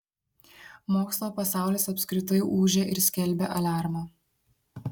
mokslo pasaulis apskritai ūžia ir skelbia aliarmą